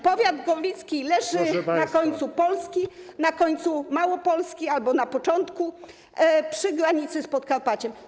Powiat gorlicki leży na końcu Polski, na końcu Małopolski - albo na początku - przy granicy z Podkarpaciem.